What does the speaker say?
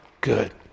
good